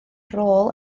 rôl